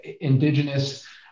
indigenous